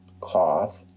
cough